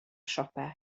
siopau